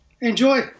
enjoy